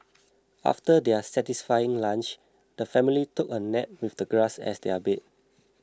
after their satisfying lunch the family took a nap with the grass as their bed